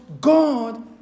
God